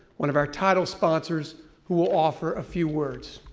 one of our title sponsors who will offer a few words.